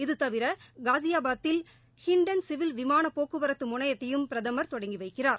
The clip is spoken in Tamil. இதுதவிர காஸியாபாதில் ஹிண்டன் சிவில் விமானப் போக்குவரத்து முனையத்தையும் பிரதமர் தொடங்கி வைக்கிறார்